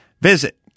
Visit